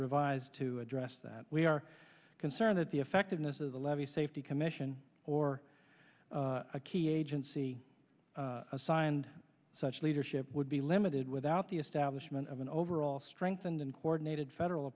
revised to address that we are concerned that the effectiveness of the levee safety commission or a key agency assigned such leadership would be limited without the establishment of an overall strengthened and coordinated federal